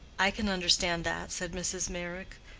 i can understand that, said mrs. meyrick.